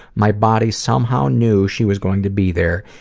my body somehow knew she was going to be there,